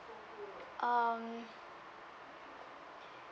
um